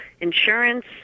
insurance